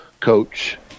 coach